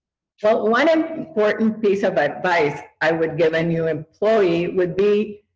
so one um important piece of advice i would give a new employee would be